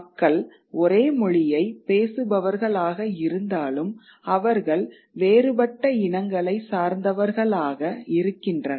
மக்கள் ஒரே மொழியை பேசுபவர்களாக இருந்தாலும் அவர்கள் வேறுபட்ட இனங்களை சார்ந்தவர்களாக இருக்கின்றனர்